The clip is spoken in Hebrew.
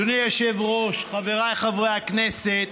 אדוני היושב-ראש, חבריי חברי הכנסת,